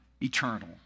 eternal